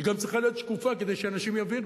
היא גם צריכה להיות שקופה כדי שאנשים יבינו